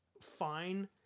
fine